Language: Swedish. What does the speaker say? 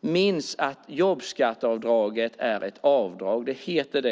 minns då att jobbskatteavdraget är just ett avdrag. Det heter så.